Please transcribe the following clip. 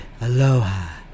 aloha